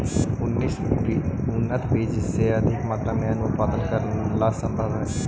उन्नत बीज से अधिक मात्रा में अन्नन उत्पादन करेला सम्भव हइ